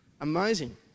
Amazing